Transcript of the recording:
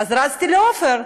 אז רצתי לעופר,